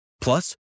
Plus